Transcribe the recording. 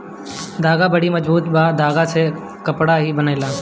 धागा बड़ी मजबूत बा धागा से ही कपड़ा बनेला